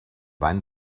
wein